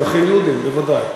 במונחים יהודיים, בוודאי.